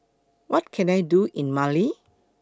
What Can I Do in Mali